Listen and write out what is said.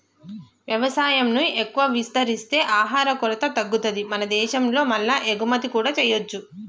వ్యవసాయం ను ఎక్కువ విస్తరిస్తే ఆహార కొరత తగ్గుతది మన దేశం లో మల్ల ఎగుమతి కూడా చేయొచ్చు